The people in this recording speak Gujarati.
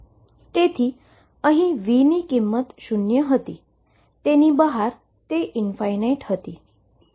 તેથી અહીં V ની કિંમત શુન્ય હતી અને તેની બહાર હતું